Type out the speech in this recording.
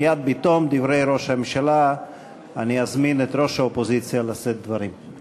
מייד בתום דברי ראש הממשלה אני אזמין את ראש האופוזיציה לשאת דברים.